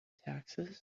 taxes